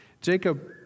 Jacob